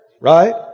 right